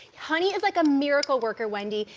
honey is like a miracle worker, wendy.